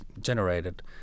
generated